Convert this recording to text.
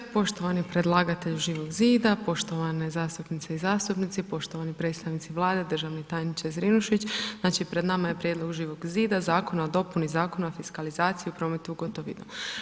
Poštovani predlagatelju Živog zida, poštovane zastupnice i zastupnici, poštovani predstavnici Vlade, državni tajniče Zrinušić, znači, pred nama je prijedlog Živog zida, Zakon o dopuni Zakona o fiskalizaciji u prometu gotovinom.